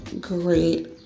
great